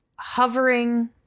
hovering